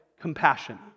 compassion